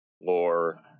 Lore